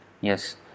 Yes